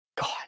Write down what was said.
God